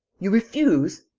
you refuse.